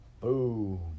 boom